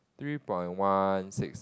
three point one six